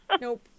Nope